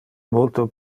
multo